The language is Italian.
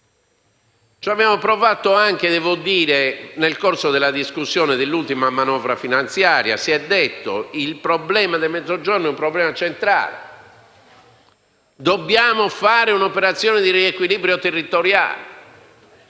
Ci abbiamo provato anche nel corso della discussione sull'ultima manovra finanziaria, dicendo che il problema del Mezzogiorno è centrale e che dobbiamo fare un'operazione di riequilibro territoriale.